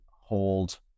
hold